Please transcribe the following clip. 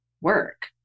work